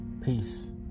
Peace